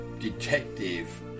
Detective